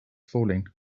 falling